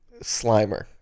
Slimer